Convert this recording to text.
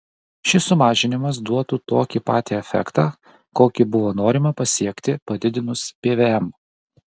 šis sumažinimas duotų tokį patį efektą kokį buvo norima pasiekti padidinus pvm